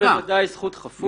יש להם בוודאי זכות חפות.